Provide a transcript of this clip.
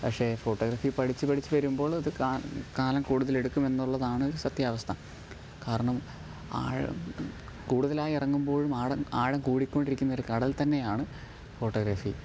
പക്ഷെ ഫോട്ടോഗ്രാഫി പഠിച്ച് പഠിച്ച് വരുമ്പോൾ അത് കാ കാലം കൂടുതൽ എടുക്കുമെന്നുള്ളതാണ് സത്യാവസ്ഥ കാരണം ആഴം കൂടുതലായി ഇറങ്ങുമ്പോൾ ആള ആഴം കൂടിക്കൊണ്ടിരിക്കുന്ന ഒരു കടൽ തന്നെയാണ് ഫോട്ടോഗ്രാഫി